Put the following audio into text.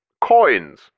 Coins